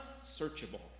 unsearchable